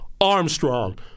Armstrong